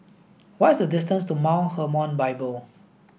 what is the distance to Mount Hermon Bible